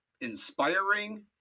inspiring